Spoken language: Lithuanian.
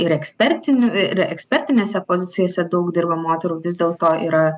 ir ekspertinių ir ekspertinėse pozicijose daug dirba moterų vis dėlto yra